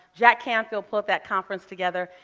jack canfield put that conference together.